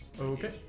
Okay